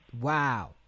Wow